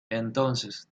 entonces